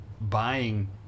buying